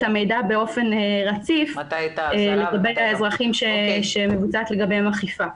המידע באופן רציף לגבי האזרחים שמבוצעת לגביהם אכיפה.